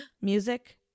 Music